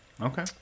okay